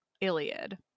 Iliad